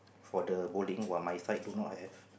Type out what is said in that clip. for the bowling while my side do not have